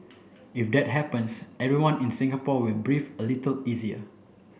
if that happens everyone in Singapore will breathe a little easier